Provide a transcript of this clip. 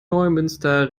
neumünster